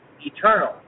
eternal